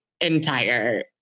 entire